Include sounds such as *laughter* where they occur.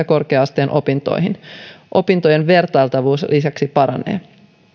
*unintelligible* korkea asteen opintoihin opintojen vertailtavuus lisäksi paranee